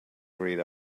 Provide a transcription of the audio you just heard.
grayed